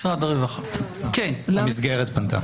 המסגרת פנתה.